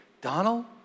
Donald